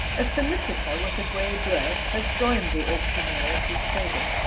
a solicitor, with a grey beard, has joined the auctioneer, at his table.